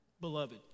Beloved